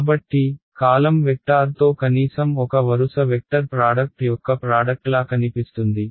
కాబట్టి కాలమ్ వెక్టార్తో కనీసం ఒక వరుస వెక్టర్ ప్రాడక్ట్ యొక్క ప్రాడక్ట్లా కనిపిస్తుంది